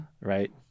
right